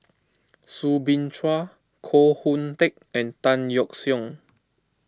Soo Bin Chua Koh Hoon Teck and Tan Yeok Seong